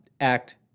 act